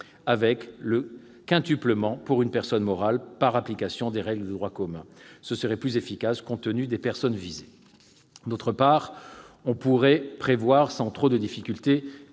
été quintuplée pour une personne morale, par application des règles de droit commun : ce serait plus efficace, compte tenu des personnes visées. D'autre part, on pourrait prévoir sans trop de difficulté